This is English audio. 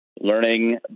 learning